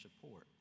support